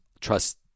trust